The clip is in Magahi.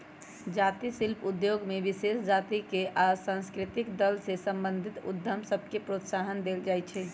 जाती शिल्प उद्योग में विशेष जातिके आ सांस्कृतिक दल से संबंधित उद्यम सभके प्रोत्साहन देल जाइ छइ